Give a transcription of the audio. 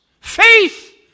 faith